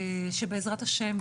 שבעזרת השם,